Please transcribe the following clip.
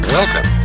Welcome